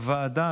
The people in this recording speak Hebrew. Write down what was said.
הוועדה,